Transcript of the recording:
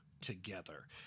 Together